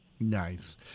Nice